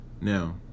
Now